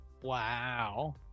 Wow